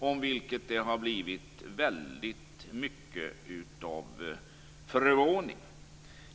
Omkring detta har det blivit väldigt mycket av förvåning.